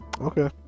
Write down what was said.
Okay